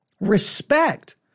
respect